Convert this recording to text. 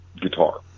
guitar